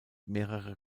mehrerer